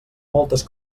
moltes